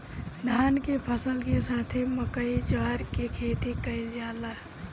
धान के फसल के साथे मकई, जवार के खेती कईल जाला